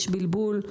יש בלבול.